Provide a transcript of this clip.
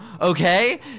okay